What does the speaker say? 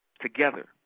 Together